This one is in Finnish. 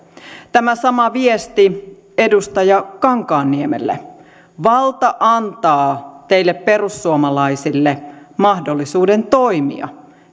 tämä sama viesti edustaja kankaanniemelle valta antaa teille perussuomalaisille mahdollisuuden toimia